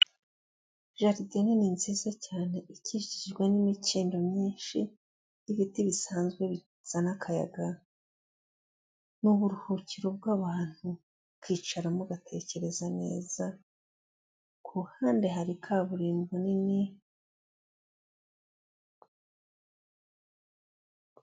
Jaride nini nziza cyane ikikijwe n'imikindo myinshi y'ibiti bisanzwe bizana akayaga, ni uburuhukiro bw'abantu, ukicaramo ugatekereza neza, kuruhande hari kaburimbo nini.